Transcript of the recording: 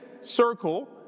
circle